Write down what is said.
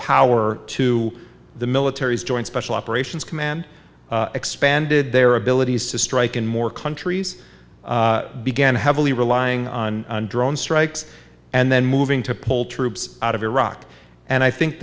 power to the militaries joint special operations command expanded their abilities to strike in more countries began heavily relying on drone strikes and then moving to pull troops out of iraq and i think